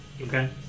Okay